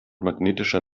magnetischer